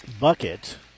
bucket